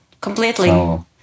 completely